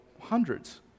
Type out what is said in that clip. hundreds